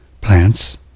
plants